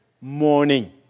morning